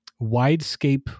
widescape